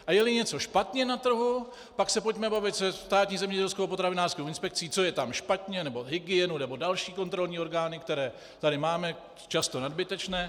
A jeli něco špatně na trhu, pak se pojďme bavit se Státní zemědělskou a potravinářskou inspekcí, co je tam špatně, nebo s hygienou nebo dalšími kontrolními orgány, které tady máme, často nadbytečné.